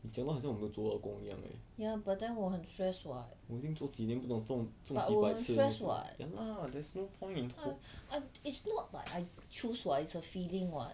你讲到好像我没有做到工一样 leh 我已经做几年不懂中中几百次 ya lah there's no point in